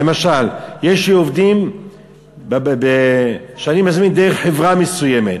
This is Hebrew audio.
למשל כשאני מזמין דרך חברה מסוימת,